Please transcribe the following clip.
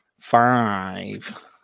five